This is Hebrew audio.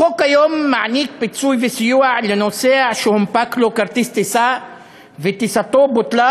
החוק היום מעניק פיצוי וסיוע לנוסע שהונפק לו כרטיס טיסה וטיסתו בוטלה,